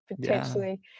potentially